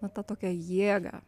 va tą tokią jėgą